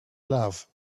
love